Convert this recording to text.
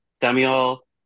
Samuel